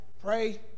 pray